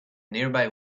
nearby